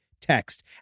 text